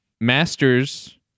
masters